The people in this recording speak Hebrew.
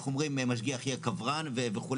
איך אומרים משגיח יהיה קברן וכו'.